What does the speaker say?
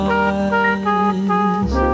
eyes